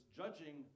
judging